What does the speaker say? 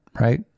right